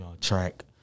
track